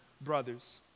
brothers